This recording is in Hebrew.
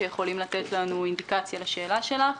שיכולים לתת לנו אינדיקציה לשאלה שלך.